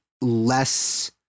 less